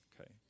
Okay